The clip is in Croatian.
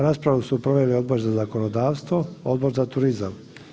Raspravu su proveli Odbor za zakonodavstvo, Odbor za turizam.